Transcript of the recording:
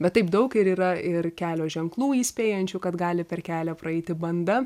bet taip daug ir yra ir kelio ženklų įspėjančių kad gali per kelią praeiti banda